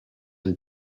and